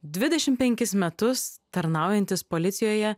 dvidešim penkis metus tarnaujantis policijoje